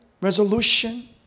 resolution